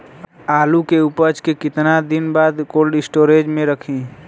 आलू के उपज के कितना दिन बाद कोल्ड स्टोरेज मे रखी?